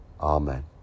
Amen